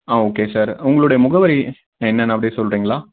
ஆ okay sir உங்களுடைய முகவரி என்னென்னு அப்படியே சொல்கிறீங்களா